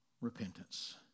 repentance